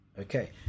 Okay